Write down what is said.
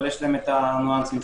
אבל יש להם המערכים שלו.